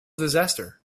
disaster